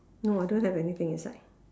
no I don't have anything inside